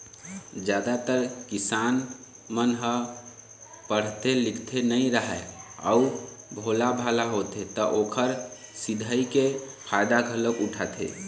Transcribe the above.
जादातर किसान मन ह पड़हे लिखे नइ राहय अउ भोलाभाला होथे त ओखर सिधई के फायदा घलोक उठाथें